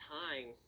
time